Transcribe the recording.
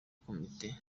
komite